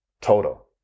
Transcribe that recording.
total